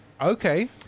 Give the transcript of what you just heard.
Okay